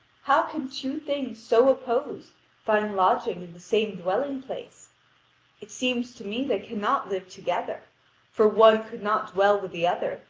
how can two things so opposed find lodging in the same dwelling-place it seems to me they cannot live together for one could not dwell with the other,